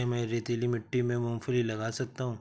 क्या मैं रेतीली मिट्टी में मूँगफली लगा सकता हूँ?